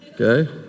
Okay